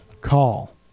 call